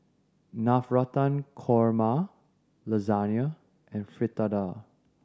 Navratan Korma Lasagna and Fritada